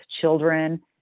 children